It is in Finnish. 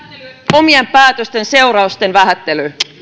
omien päätösten seurausten vähättely